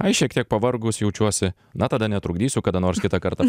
ai šiek tiek pavargus jaučiuosi na tada netrukdysiu kada nors kitą kartą